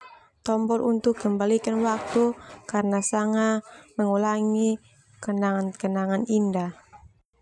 Tombol untuk kembalikan waktu karena sanga mengulangi kenangan kenangan indah.